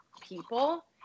people